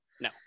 no